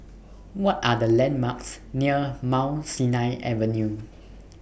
What Are The landmarks near Mount Sinai Avenue